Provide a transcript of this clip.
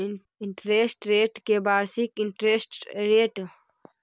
interest rate के वार्षिक interest rate के तौर पर लागू कईल जा हई